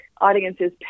audiences